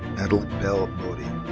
madelyn bell bodi.